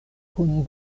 kun